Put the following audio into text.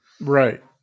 Right